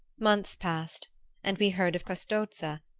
months passed and we heard of custozza.